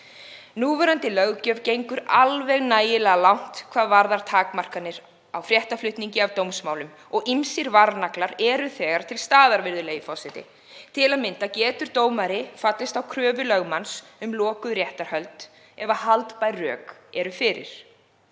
Núverandi löggjöf gengur alveg nægilega langt hvað varðar takmarkanir á fréttaflutningi af dómsmálum og ýmsir varnaglar eru þegar til staðar, virðulegi forseti. Til að mynda getur dómari fallist á kröfu lögmanns um lokuð réttarhöld ef haldbær rök eru fyrir